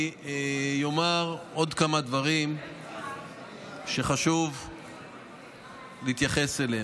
אני אומר עוד כמה דברים שחשוב להתייחס אליהם: